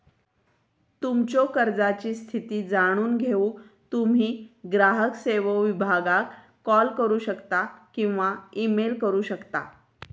तुमच्यो कर्जाची स्थिती जाणून घेऊक तुम्ही ग्राहक सेवो विभागाक कॉल करू शकता किंवा ईमेल करू शकता